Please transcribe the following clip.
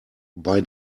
bei